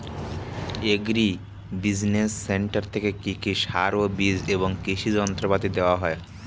Agri business centre থেকে কি সার ও বিজ এবং কৃষি যন্ত্র পাতি দেওয়া হয়?